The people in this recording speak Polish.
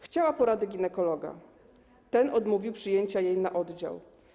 Chciała porady ginekologa, ale ten odmówił przyjęcia jej na oddział.